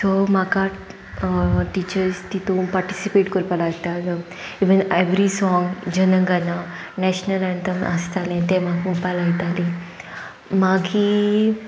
so म्हाका teachers तितून participate कोरपा लायताल्यो even every song Jana Gana national anthem आसतालें तें म्हाका म्हणपा लायतालीं मागीर